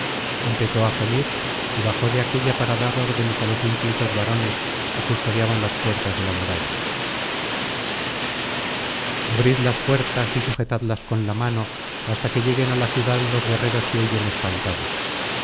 empezó á gemir y bajó de aquélla para dar órdenes á los ínclitos varones que custodiaban las puertas de la muralla abrid las puertas y sujetadlas con la mano hasta que lleguen á la ciudad los guerreros que huyen espantados